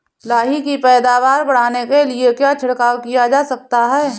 लाही की पैदावार बढ़ाने के लिए क्या छिड़काव किया जा सकता है?